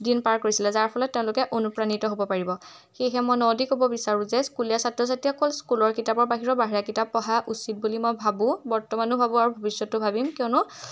দিন পাৰ কৰিছিলে যাৰ ফলত তেওঁলোকে অনুপ্ৰাণিত হ'ব পাৰিব সেয়েহে মই ন দি ক'ব বিচাৰোঁ যে স্কুলীয়া ছাত্ৰ ছাত্ৰীসকল স্কুলৰ কিতাপৰ বাহিৰৰ বাহিৰ কিতাপ পঢ়া উচিত বুলি মই ভাবোঁ বৰ্তমানো ভাবোঁ আৰু ভৱিষ্যতেও ভাবিম কিয়নো